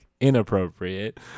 inappropriate